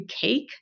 Cake